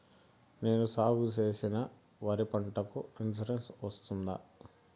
నేను సాగు చేసిన వరి పంటకు ఇన్సూరెన్సు వస్తుందా?